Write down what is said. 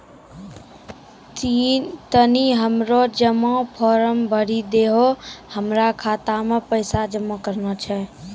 तनी हमरो जमा फारम भरी दहो, हमरा खाता मे पैसा जमा करना छै